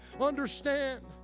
understand